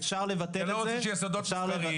אפשר לבטל את זה --- אתם לא רוצים שיהיו סודות מסחריים.